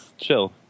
chill